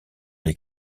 les